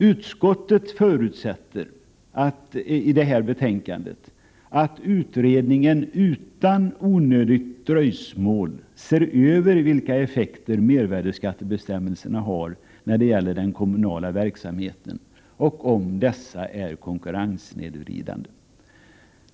Utskottet förutsätter i betänkandet att utredningen utan onödigt dröjsmål ser över vilka effekter mervärdeskattebestämmelserna har när det gäller den kommunala verksamheten och om dessa är konkurrenssnedvridande.